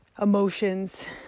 emotions